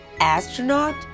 astronaut